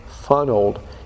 funneled